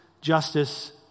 justice